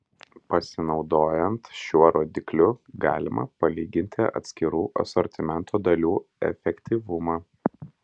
pasinaudojant šiuo rodikliu galima palyginti atskirų asortimento dalių efektyvumą